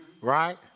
right